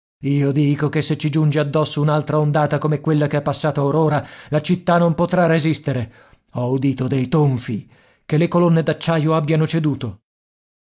io dico che se ci giunge addosso un'altra ondata come quella che è passata or ora la città non potrà resistere ho udito dei tonfi che le colonne d'acciaio abbiano ceduto